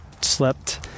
slept